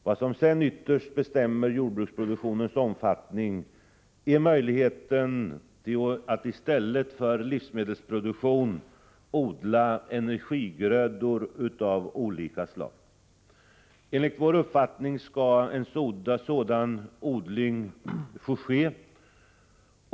Vad som sedan ytterst bestämmer jordbruksproduktionens omfattning är möjligheten att i stället för att producera livsmedel odla energigrödor av olika slag. Enligt vår uppfattning skall en sådan odling få ske.